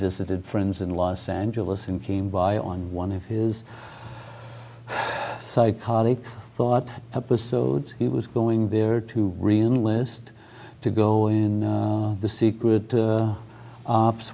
visited friends in los angeles and came by on one of his psychotic thought episodes he was going there to reenlist to go in the secret or ops